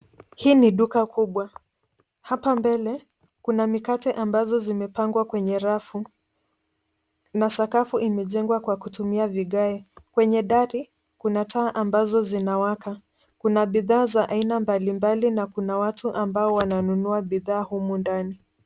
Hii ni duka kubwa, hapa mbele Kuna mikate ambazo zimepangwa kwenye rafu, na sakafu imejengwa kwa kutumia vigae, Kwenye dari kuna taa ambazo zinawaka. kuna bidhaa za aina mbali mbali, na kuna watu ambao wananunua bidhaa humu ndani.